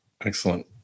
Excellent